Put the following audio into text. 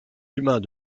humains